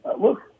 look